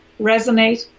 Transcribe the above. resonate